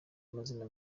mazina